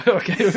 okay